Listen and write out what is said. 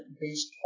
based